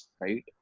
right